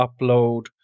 upload